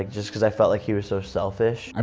just because i felt like he was so selfish. um